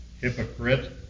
Hypocrite